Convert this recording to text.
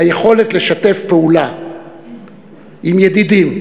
היכולת לשתף פעולה עם ידידים,